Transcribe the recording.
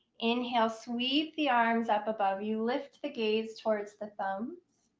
inhale. sweep the arms up above you. lift the gaze towards the thumb.